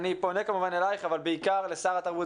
אני פונה כמובן אליך אבל בעיקר לשר התרבות